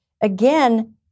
again